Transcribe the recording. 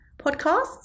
podcasts